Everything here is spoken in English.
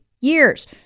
years